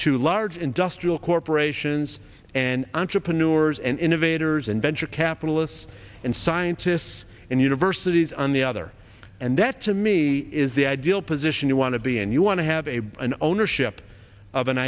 to large industrial corporations and entrepreneurs and innovators and venture capitalists and scientists and universities on the other and that to me is the ideal position you want to be and you want to have a an ownership of an